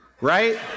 right